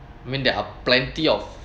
I mean there are plenty of